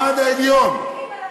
מהמעמד העליון.